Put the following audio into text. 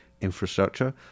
infrastructure